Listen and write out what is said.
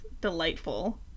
delightful